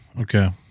Okay